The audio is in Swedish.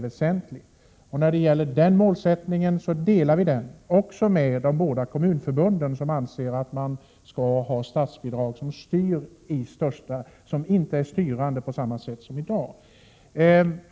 Denna målsättning delar vi för övrigt med de båda kommunförbunden, som anser att man skall ha statsbidrag som inte är styrande på samma sätt som i dag.